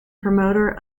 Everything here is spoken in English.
promoter